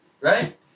Right